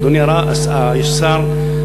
אדוני השר,